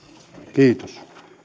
kiitos